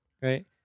right